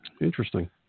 interesting